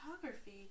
Photography